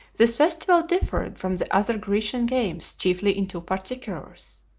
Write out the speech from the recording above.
this festival differed from the other grecian games chiefly in two particulars.